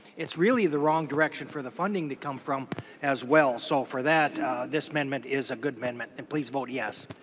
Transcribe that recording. it's really the wrong direction for the funding to come from as well. so for that the amendment is a good amendment. and please vote yes.